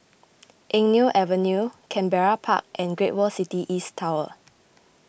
Eng Neo Avenue Canberra Park and Great World City East Tower